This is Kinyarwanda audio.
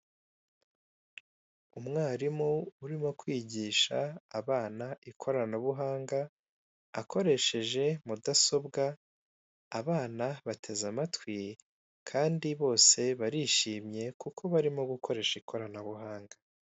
Umwarimu urimo kwigisha abana ikoranabuhanga akoresheje mudasobwa, abana bateze amatwi kandi bose barishimye kuko barimo gukoresha ikoranabuhanga.